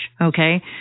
Okay